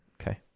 Okay